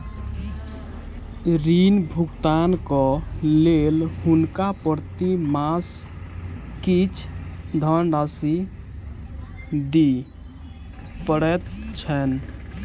ऋण भुगतानक लेल हुनका प्रति मास किछ धनराशि दिअ पड़ैत छैन